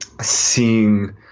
seeing